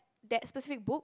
that specific book